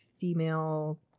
female